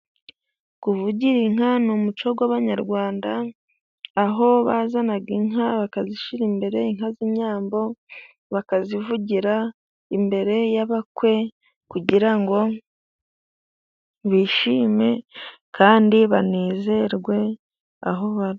Kuvugira inka n'umuco w'abanyarwanda, aho bazanaga inka bakazishyirara imbere, inka z'inyambo bakazivugira imbere y'abakwe kugira ngo bishime kandi banezerwe aho bari.